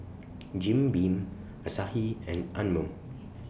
Jim Beam Asahi and Anmum